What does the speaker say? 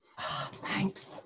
thanks